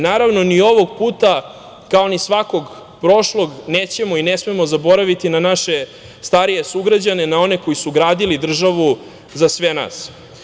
Naravno, ni ovog puta, kao ni svakog prošlog, nećemo i ne smemo zaboraviti na naše starije sugrađane, na one koji su gradili državu za sve nas.